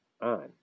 on